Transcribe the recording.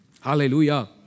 Hallelujah